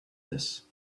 this